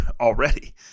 already